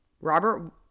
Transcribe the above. Robert